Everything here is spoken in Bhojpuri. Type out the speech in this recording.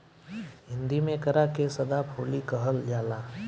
हिंदी में एकरा के सदाफुली कहल जाला